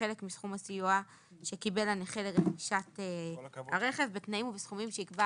חלק מסכום הסיוע שקיבל הנכה לרכישת הרכב בתנאים ובסכומים שיקבע